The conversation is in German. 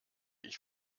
ich